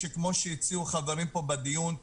כמו שהציעו חברים פה בדיון,